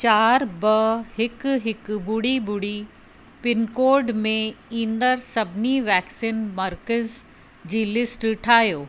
चारि ॿ हिकु हिकु ॿुड़ी ॿुड़ी पिनकोड में ईंदड़ु सभिनी वैक्सीन मर्कज़ जी लिस्ट ठाहियो